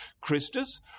Christus